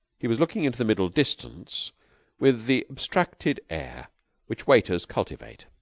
he was looking into the middle distance with the abstracted air which waiters cultivate.